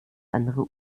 andere